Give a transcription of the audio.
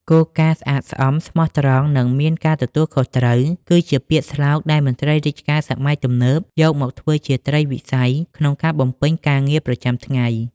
គោលការណ៍ "ស្អាតស្អំ ស្មោះត្រង់ និងមានការទទួលខុសត្រូវ" គឺជាពាក្យស្លោកដែលមន្ត្រីរាជការសម័យទំនើបយកមកធ្វើជាត្រីវិស័យក្នុងការបំពេញការងារប្រចាំថ្ងៃ។